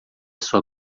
sua